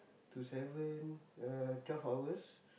to seven uh twelve hours